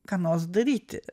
ką nors daryti